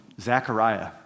Zechariah